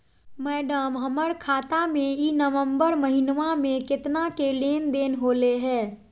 madam, हमर खाता में ई नवंबर महीनमा में केतना के लेन देन होले है